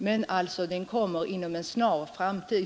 Men det blir inom en nära framtid.